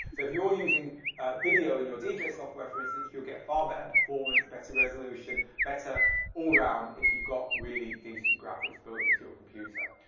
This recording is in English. if you're using video in your dj software for instance you'll get far better performance, better resolution, better all-round if you've got really decent graphics built into your computer.